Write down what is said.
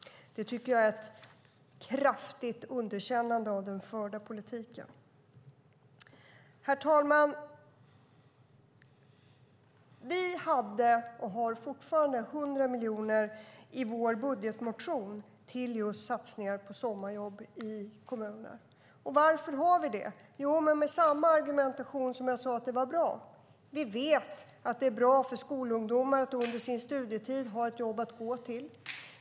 Jag tycker att det är ett kraftigt underkännande av den förda politiken. Herr talman! Vi hade och har fortfarande 100 miljoner i vår budgetmotion till just satsningar på sommarjobb i kommuner. Varför har vi det? Jo, det är med samma argumentation som när jag sade att det var bra. Vi vet att det är bra för skolungdomar att under sin studietid ha ett jobb att gå till.